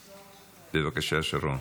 בבקשה, שרון.